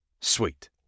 Sweet